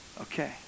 okay